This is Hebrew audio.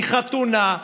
מחתונה,